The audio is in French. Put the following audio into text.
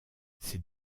ces